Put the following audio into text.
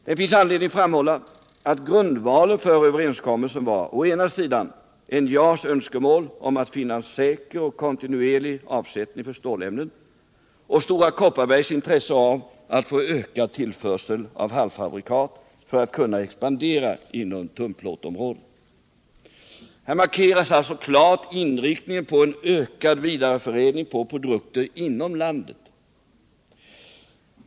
Det finns anledning framhålla att grundvalen för överenskommelsen var å ena sidan NJA:s önskemål om att finna en säker och kontinuerlig avsättning för stålämnen och Stora Kopparbergs intresse av att få ökad tillförsel av halvfabrikat för att kunna expandera inom tunnplåtsområdet. Här markeras alltså klart inriktningen på en ökad vidareförädling av produkter inom landet.